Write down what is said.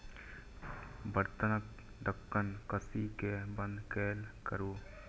बर्तनक ढक्कन कसि कें बंद कैल करू